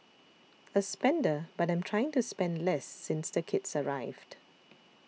a spender but I'm trying to spend less since the kids arrived